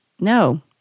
no